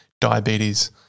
diabetes